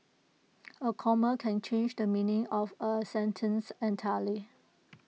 A comma can change the meaning of A sentence entirely